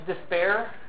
despair